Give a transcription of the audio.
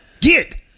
get